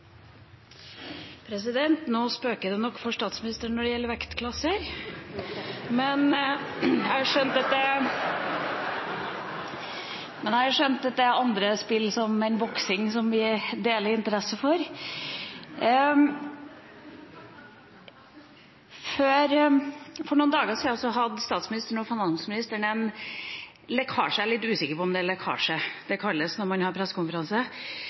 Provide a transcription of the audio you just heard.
Nå spøker det nok for statsministeren når det gjelder vektklasser! Men jeg har skjønt at det er andre spill enn boksing vi deler interessen for. For noen dager siden hadde statsministeren og finansministeren en lekkasje – jeg er riktignok litt usikker på om det er lekkasje det kalles når man har pressekonferanse